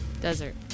Desert